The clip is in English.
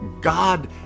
God